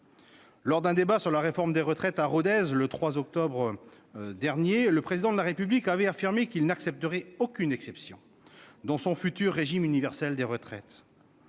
Lors d'un débat sur la réforme des retraites à Rodez le 3 octobre dernier, le Président de la République avait affirmé qu'il n'accepterait aucune exception dans son futur régime universel de retraite.